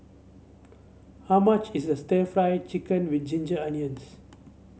how much is stir Fry Chicken with Ginger Onions